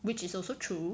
which is also true